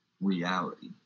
reality